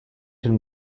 can